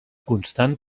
constant